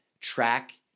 track